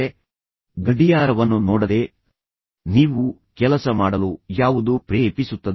ನಿಮ್ಮ ಗಡಿಯಾರವನ್ನು ಆಗಾಗ್ಗೆ ನೋಡದೆ ನೀವು ಕೆಲಸ ಮಾಡಲು ಯಾವುದು ಪ್ರೇರೇಪಿಸುತ್ತದೆ